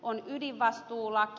on ydinvastuulaki